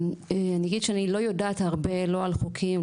אני אגיד שאני לא יודעת הרבה לא על חוקים,